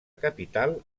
capital